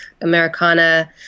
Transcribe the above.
Americana